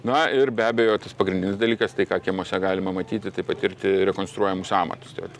na ir be abejo tas pagrindinis dalykas tai ką kiemuose galima matyti tai patirti rekonstruojamus amatus tai vat